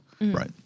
Right